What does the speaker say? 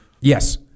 yes